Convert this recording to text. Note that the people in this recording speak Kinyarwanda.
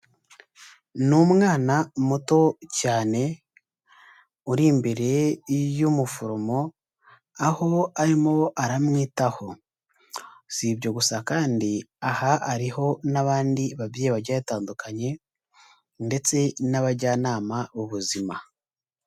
Ni umwana muto cyane uri imbere y'umuforomo aho arimo aramwitaho. Si ibyo gusa kandi aha hariho n'abandi babyeyi bagiye batandukanye ndetse n'abajyanama b'ubuzima.